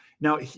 Now